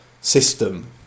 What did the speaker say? system